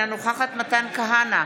אינה נוכחת מתן כהנא,